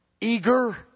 eager